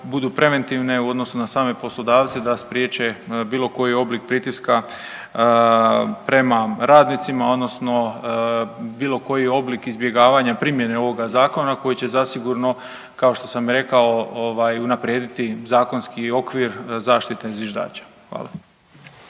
budu preventivne u odnosu na same poslodavce da spriječe bilo koji oblik pritiska prema radnicima odnosno bilo koji oblik izbjegavanja primjene ovoga zakona koji će zasigurno kao što sam i rekao ovaj unaprijediti zakonski okvir zaštite zviždača. Hvala.